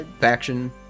Faction